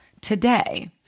today